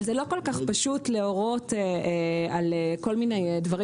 אבל זה כל כך פשוט להורות על כל מיני דברים